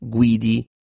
Guidi